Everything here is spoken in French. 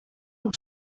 pour